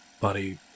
buddy